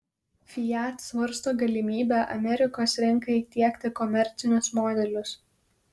fiat svarsto galimybę amerikos rinkai tiekti komercinius modelius